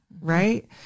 Right